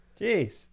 Jeez